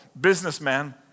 businessman